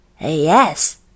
Yes